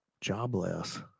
jobless